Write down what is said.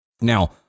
Now